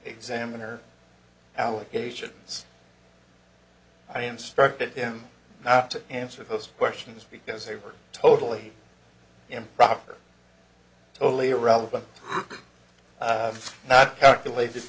examiner allegations i instructed them not to answer those questions because they were totally improper totally irrelevant not calculat